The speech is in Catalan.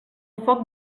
foc